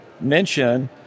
mention